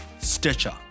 Stitcher